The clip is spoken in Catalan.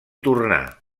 tornà